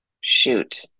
Shoot